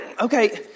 Okay